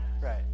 Right